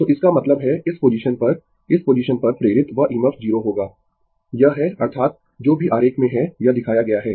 तो इसका मतलब है इस पोजीशन पर इस पोजीशन पर प्रेरित वह EMF 0 होगा यह है अर्थात जो भी आरेख में है यह दिखाया गया है